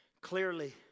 Clearly